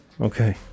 Okay